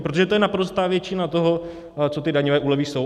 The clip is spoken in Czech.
Protože to je naprostá většina toho, co ty daňové úlevy jsou.